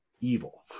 evil